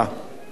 תודה רבה.